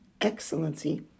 excellency